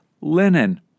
Linen